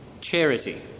charity